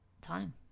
time